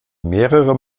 mehrere